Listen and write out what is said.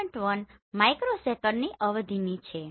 1 માઇક્રોસેકન્ડની અવધિની છે